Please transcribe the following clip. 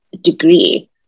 degree